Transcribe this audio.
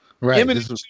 Right